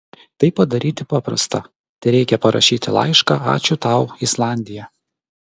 tai padaryti paprasta tereikia parašyti laišką ačiū tau islandija